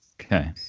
Okay